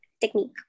technique